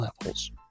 levels